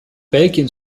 belgien